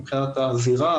מבחינת הזירה,